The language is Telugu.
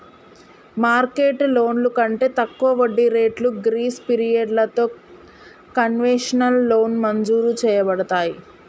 మార్కెట్ లోన్లు కంటే తక్కువ వడ్డీ రేట్లు గ్రీస్ పిరియడలతో కన్వెషనల్ లోన్ మంజురు చేయబడతాయి